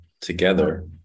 together